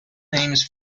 names